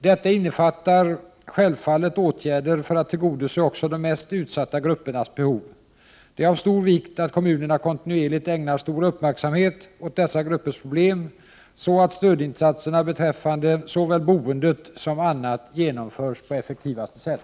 Detta innefattar självfallet åtgärder för att tillgodose också de mest utsatta gruppernas behov. Det är av stor vikt att kommunerna kontinuerligt ägnar stor uppmärksamhet åt dessa gruppers problem så att stödinsatserna beträffande såväl boendet som annat genomförs på effektivaste sätt.